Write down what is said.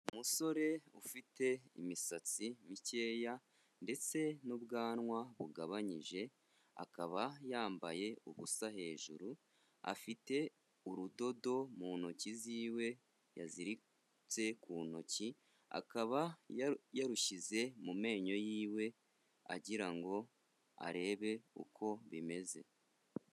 Umusore ufite imisatsi mikeya ndetse n'ubwanwa bugabanyije, akaba yambaye ubusa hejuru, afite urudodo mu ntoki ziwe yaziritse ku ntoki, akaba yarushyize mu menyo yiwe agira ngo arebe uko bimeze.